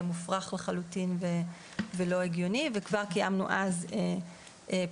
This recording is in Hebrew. מופרך לחלוטין ולא הגיוני וכבר קיימנו אז פגישות